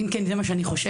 אם כי זה מה שאני חושבת,